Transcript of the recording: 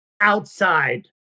outside